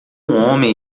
homem